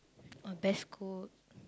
a best cook